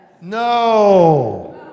No